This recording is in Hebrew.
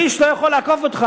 איש לא יכול לעקוף אותך.